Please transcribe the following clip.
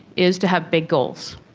is to have big goals,